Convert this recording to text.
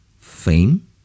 Fame